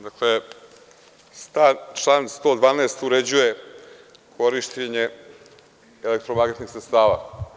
Dakle, član 112. uređuje korišćenje elektromagnetnih sredstava.